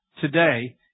today